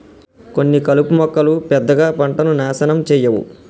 కొన్ని కలుపు మొక్కలు పెద్దగా పంటను నాశనం చేయవు